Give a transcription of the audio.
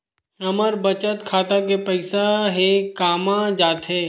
हमर बचत खाता के पईसा हे कामा जाथे?